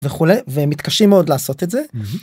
וכולי ומתקשים מאוד לעשות את זה.